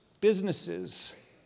businesses